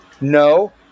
No